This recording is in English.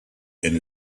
and